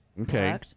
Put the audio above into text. Okay